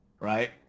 Right